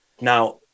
Now